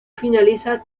finaliza